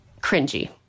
Cringy